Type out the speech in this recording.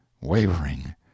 wavering